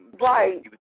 Right